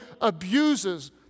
abuses